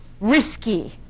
risky